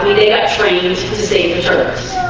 they got trains to save returns.